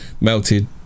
Melted